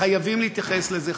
חייבים להתייחס לזה,